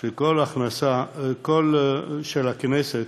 של הכנסת,